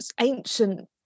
ancient